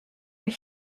were